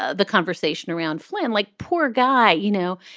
ah the conversation around flynn, like poor guy. you know,